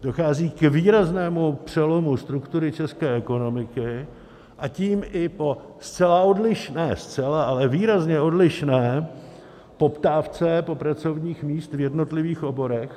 Dochází k výraznému přelomu struktury české ekonomiky, a tím i zcela odlišné ne zcela, ale výrazně odlišné poptávce po pracovních místech v jednotlivých oborech.